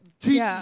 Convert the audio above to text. Teach